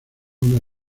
una